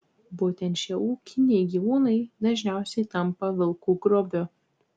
būtent šie ūkiniai gyvūnai dažniausiai tampa vilkų grobiu